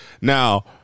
Now